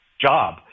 job